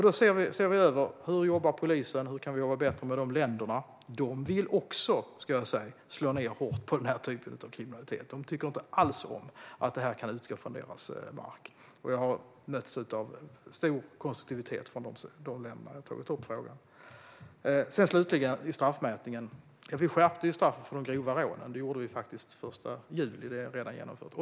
Vi ser över hur polisen jobbar och hur vi kan jobba bättre med de länderna. Dessa länder vill också slå ned hårt på den här typen av kriminalitet. De tycker inte alls om att detta kan utgå från deras mark. Jag har mötts av stor konstruktivitet från de länderna när jag tagit upp frågan. Slutligen ska jag säga något om straffmätningen. Vi skärpte straffen för de grova rånen den 1 juli, så det är redan genomfört.